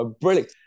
Brilliant